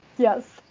Yes